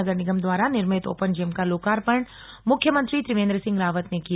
नगर निगम द्वारा निर्मित ओपन जिम का लोकार्पण मुख्यमंत्री त्रिवेन्द्र सिंह रावत ने किया